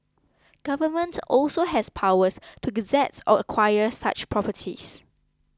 government also has powers to gazette or acquire such properties